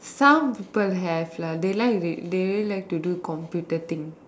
some people have lah they like they they really like to do computer things